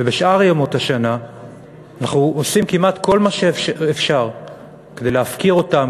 ובשאר ימות השנה אנחנו עושים כמעט כל מה שאפשר כדי להפקיר אותם,